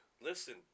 Listen